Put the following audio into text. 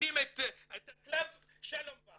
מוציאים את הקלף, שלום ואך.